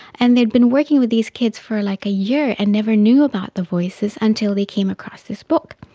and they had been working with these kids for like a year and never knew about the voices until they came across this book.